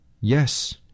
Yes